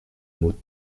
mot